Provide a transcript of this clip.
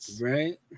Right